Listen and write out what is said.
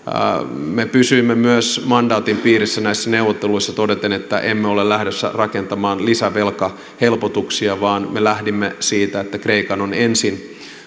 me pysymme myös mandaatin piirissä näissä neuvotteluissa todeten että emme ole lähdössä rakentamaan lisävelkahelpotuksia vaan me lähdimme siitä että kreikan on ensin